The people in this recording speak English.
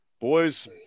boys